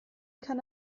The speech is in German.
kann